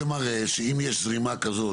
זה מראה שאם יש זרימה כזו,